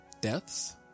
deaths